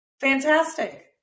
fantastic